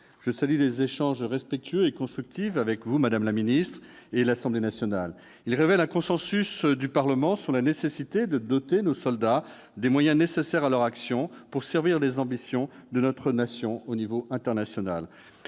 Je salue les échanges respectueux et constructifs que nous avons eus avec Mme la ministre et l'Assemblée nationale ; ils révèlent un consensus du Parlement sur la nécessité de doter nos soldats des moyens nécessaires à leur action pour servir les ambitions internationales de notre nation.